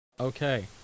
Okay